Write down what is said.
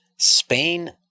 Spain